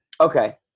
okay